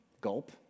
Gulp